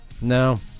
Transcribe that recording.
No